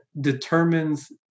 determines